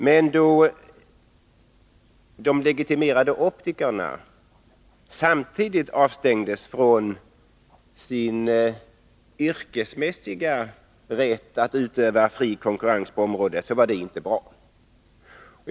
Men då de legitimerade optikerna samtidigt avstängdes från sin yrkesmässiga rätt att utöva fri konkurrens på området, var det inte bra.